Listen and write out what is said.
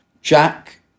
Jack